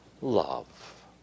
love